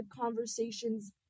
conversations